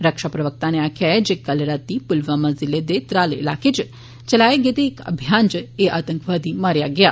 रक्षा प्रवक्ता नै आक्खेआ ऐ जे कल राती पुलवामा जिले दे त्राल इलाके इच चलाए गेदे इक अभियान इच इक आतंकवादी मारेआ गेआ